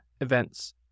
events